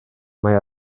mae